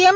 એમ